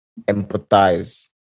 empathize